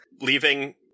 leaving –